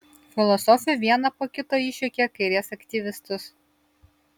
filosofė vieną po kito išjuokė kairės aktyvistus